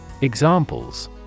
Examples